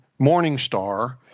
Morningstar